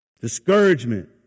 Discouragement